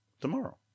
tomorrow